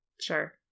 Sure